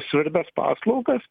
svarbias paslaugas